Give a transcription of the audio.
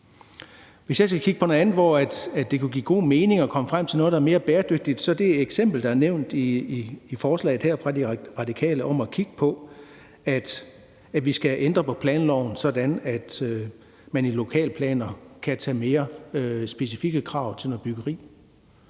drøftelse af. Et andet sted, hvor det kunne give god mening at komme frem til noget, der er mere bæredygtigt, er det eksempel, der er nævnt i forslaget her fra Radikale Venstre, om at kigge på, at vi skal have ændret på planloven, sådan at man i lokalplaner kan have mere specifikke krav til noget byggeri.